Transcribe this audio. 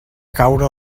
caure